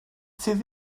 sydd